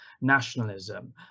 nationalism